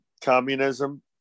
communism